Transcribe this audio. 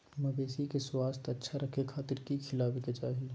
मवेसी के स्वास्थ्य अच्छा रखे खातिर की खिलावे के चाही?